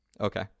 Okay